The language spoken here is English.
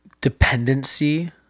dependency